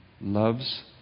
loves